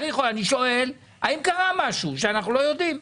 אני שואל האם קרה משהו שאנחנו לא יודעים.